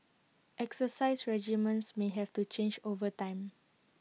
exercise regimens may have to change over time